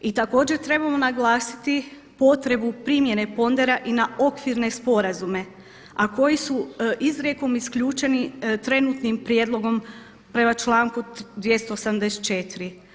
I također trebamo naglasiti potrebu primjene pondera i na okvirne sporazume, a koji su izrijekom isključeni trenutnim prijedlogom prema članku 284.